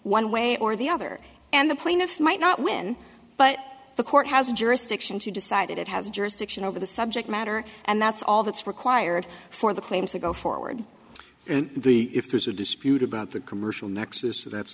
one way or the other and the plaintiff might not win but the court has jurisdiction to decide if it has jurisdiction over the subject matter and that's all that's required for the claims to go forward and if there's a dispute about the commercial nexus that's